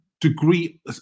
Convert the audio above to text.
degree